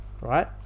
right